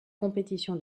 compétition